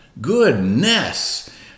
Goodness